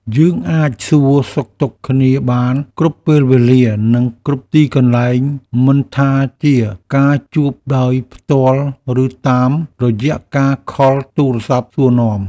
យើងអាចសួរសុខទុក្ខគ្នាបានគ្រប់ពេលវេលានិងគ្រប់ទីកន្លែងមិនថាជាការជួបដោយផ្ទាល់ឬតាមរយៈការខលទូរស័ព្ទសួរនាំ។